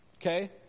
Okay